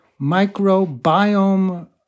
microbiome